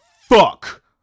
fuck